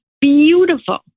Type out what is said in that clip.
Beautiful